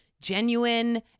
genuine